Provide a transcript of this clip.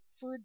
food